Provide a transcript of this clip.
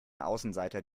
außenseiter